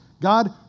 God